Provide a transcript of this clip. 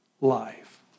life